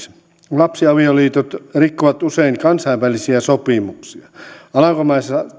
lapsiavioliitot rikkovat usein kansainvälisiä sopimuksia alankomaissa